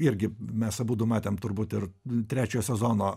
irgi mes abudu matėm turbūt ir trečio sezono